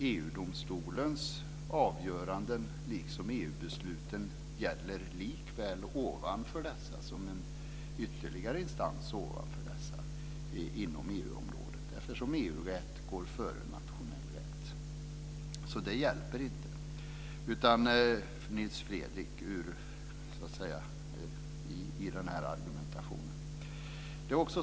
EU domstolens avgöranden liksom EU-besluten gäller likväl ovanför dessa som en ytterligare instans inom EU-området, eftersom EU-rätt går före nationell rätt. Det hjälper alltså inte Nils Fredrik Aurelius i den här argumentationen. Fru talman!